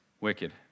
wicked